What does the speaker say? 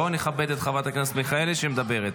בואו נכבד את חברת הכנסת מיכאלי שמדברת.